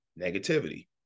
negativity